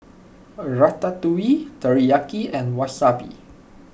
Ratatouille Teriyaki and Wasabi